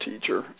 teacher